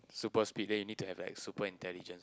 super speed then you need to have like super intelligence ah